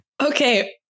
Okay